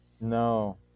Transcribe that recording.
No